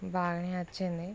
బాగా వచ్చింది